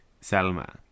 Selma